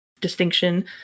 distinction